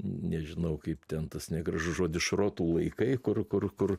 nežinau kaip ten tas negražus žodis šrotų laikai kur kur kur